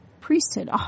priesthood